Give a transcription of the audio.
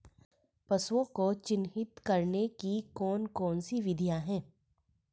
पशुओं को चिन्हित करने की कौन कौन सी विधियां हैं?